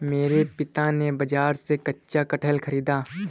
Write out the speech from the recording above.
मेरे पिता ने बाजार से कच्चा कटहल खरीदा